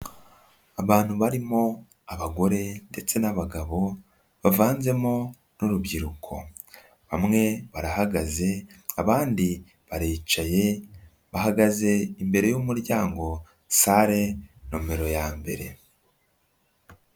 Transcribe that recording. Abantu barimo abagore ndetse n'abagabo bavanzemo n'urubyiruko, bamwe barahagaze abandi baricaye bahagaze imbere y'umuryango saree nomero ya mbere.